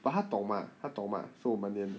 but 他懂吗他懂吗是我们粘